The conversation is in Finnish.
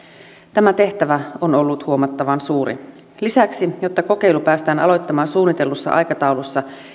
tämä tehtävä on ollut huomattavan suuri lisäksi jotta kokeilu päästään aloittamaan suunnitellussa aikataulussa